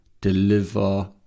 deliver